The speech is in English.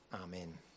amen